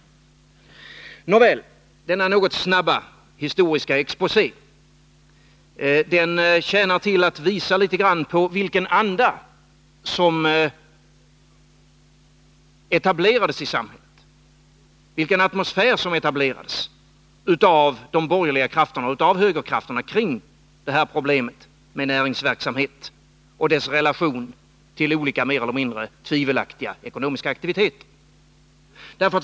Nåväl, denna något snabba historiska exposé tjänar till att visa litet grand på vilken anda som etablerades i samhället, vilken atmosfär som etablerades av högerkrafterna kring problemen med näringsverksamheten och dess relation till olika mer eller mindre tvivelaktiga ekonomiska aktiviteter.